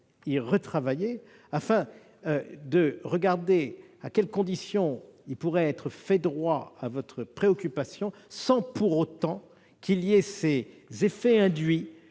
le retravailler, afin d'examiner à quelles conditions il pourrait être fait droit à votre préoccupation, sans pour autant qu'il y ait ces effets induits